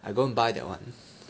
I go and buy that one